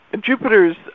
Jupiter's